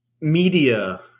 media